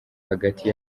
hagati